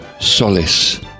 solace